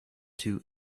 two